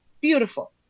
beautiful